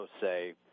say